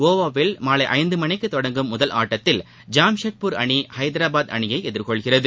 கோவாவில் மாலைஐந்துமணிக்குதொடங்கும் முதல் ஆட்டத்தில் ஜாம்ஷெட்பூர் அணி ஹைதராபாத் அணியைஎதிர்கொள்கிறது